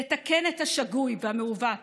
לתקן את השגוי והמעוות